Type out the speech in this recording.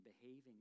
behaving